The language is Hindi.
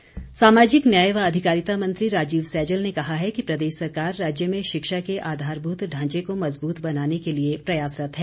सैजल सामाजिक न्याय व अधिकारिता मंत्री राजीव सैजल ने कहा है कि प्रदेश सरकार राज्य में शिक्षा के आधारभूत ढांचे को मजबूत बनाने के लिए प्रयासरत है